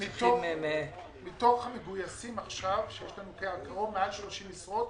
מתוך המגויסים עכשיו למעל 30 משרות,